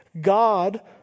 God